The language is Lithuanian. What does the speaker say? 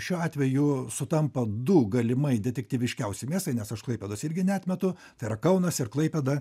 šiuo atveju sutampa du galimai detektyviškiausi miestai nes aš klaipėdos irgi neatmetu tai yra kaunas ir klaipėda